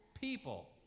people